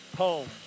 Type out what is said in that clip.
home